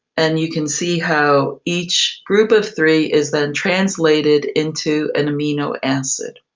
and you can see how each group of three is then translated into an amino acid.